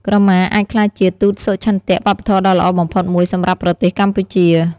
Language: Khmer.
ក្រមាអាចក្លាយជា ទូតសុឆន្ទៈ វប្បធម៌ដ៏ល្អបំផុតមួយសម្រាប់ប្រទេសកម្ពុជា។